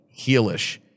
heelish